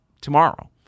tomorrow